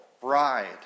bride